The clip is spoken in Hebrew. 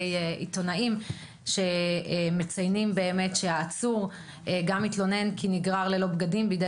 עיתונאים שמציינים שהעצור התלונן כי נגרר ללא בגדים בידי